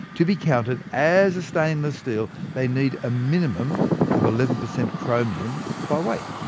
to be counted as a stainless steel, they need a minimum of eleven percent chromium by weight.